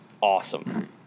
awesome